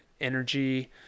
Energy